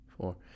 four